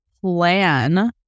plan